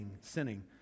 sinning